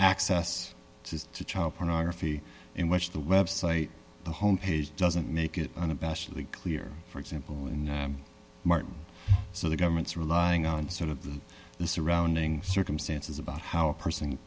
access to child pornography in which the website the home page doesn't make it unabashedly clear for example when martin so the government's relying on sort of the the surrounding circumstances about how a person